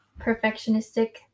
perfectionistic